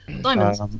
Diamonds